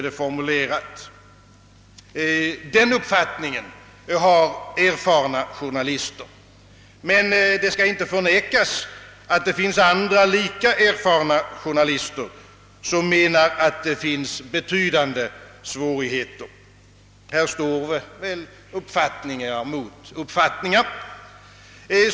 Denna uppfattning hyser erfarna journalister, men det skall inte förnekas, att det finns andra, lika erfarna journalister som menar att det råder betydande svårigheter. Här står åsikt mot åsikt.